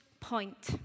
point